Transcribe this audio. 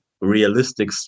realistic